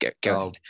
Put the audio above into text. go